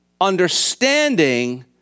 understanding